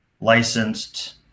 licensed